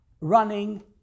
running